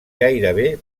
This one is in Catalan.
gairebé